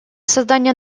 создания